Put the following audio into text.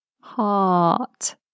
Heart